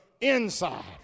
inside